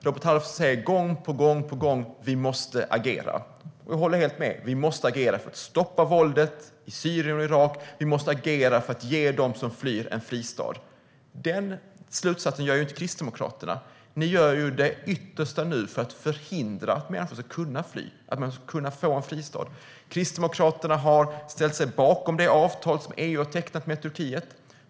Robert Halef säger gång på gång att vi måste agera. Jag håller helt med om att vi måste agera för att stoppa våldet i Syrien och Irak och agera för att ge dem som flyr en fristad. Den slutsatsen drar inte Kristdemokraternas. Ni gör nu det yttersta för att förhindra att människor ska kunna fly och få en fristad. Kristdemokraterna har ställt sig bakom det avtal som EU har tecknat med Turkiet.